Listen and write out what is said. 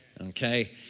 okay